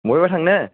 बहायबा थांनो